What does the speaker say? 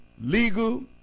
legal